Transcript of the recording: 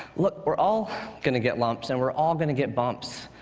look, we're all going to get lumps, and we're all going to get bumps.